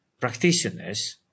practitioners